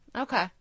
Okay